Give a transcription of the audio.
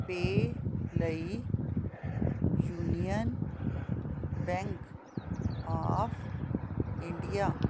ਪੇ ਲਈ union bank of India